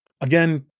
Again